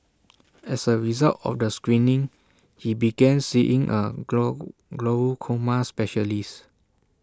as A result of the screening he began seeing A grow glaucoma specialist